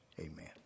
Amen